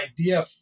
idea